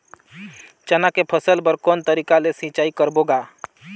चना के फसल बर कोन तरीका ले सिंचाई करबो गा?